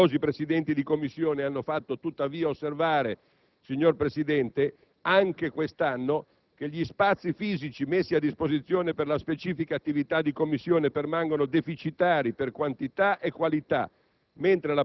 Numerosi Presidenti di Commissione hanno fatto tuttavia osservare, signor Presidente, anche quest'anno, che gli spazi fisici messi a disposizione per la specifica attività di Commissione permangono deficitari per quantità e qualità,